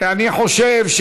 אני חושב,